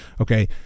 Okay